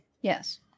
Yes